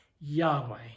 Yahweh